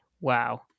wow